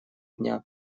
дня